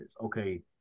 Okay